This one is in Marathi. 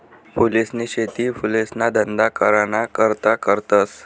फूलसनी शेती फुलेसना धंदा कराना करता करतस